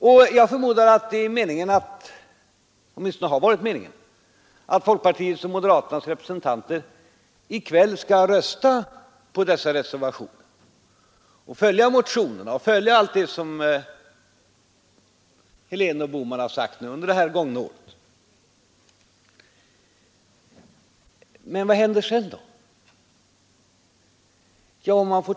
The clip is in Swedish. Och jag förmodar det är meningen — åtminstone har det varit meningen — att folkpartiets och moderaternas representanter i kväll skall rösta på dessa reservationer och följa motionerna och allt det som herr Helén och herr Bohman har sagt under det gångna året. Men vad händer sedan?